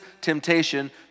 temptation